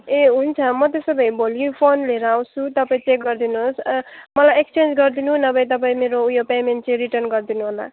ए हुन्छ म त्यसो भए भोलि यो फोन लिएर आउँछु तपाईँ चेक गरिदिनुहोस् मलाई एक्सचेन्ज गरिदिनु नभए तपाईँ मेरो ऊ यो पेमेन्ट चाहिँ रिटर्न गरिदिनुहोला